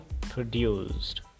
produced